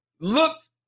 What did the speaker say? looked